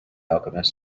alchemist